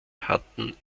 hatten